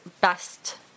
best